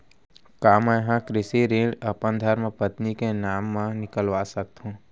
का मैं ह कृषि ऋण अपन धर्मपत्नी के नाम मा निकलवा सकथो?